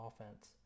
offense